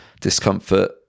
discomfort